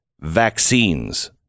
vaccines